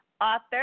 author